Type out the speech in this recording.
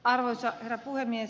arvoisa herra puhemies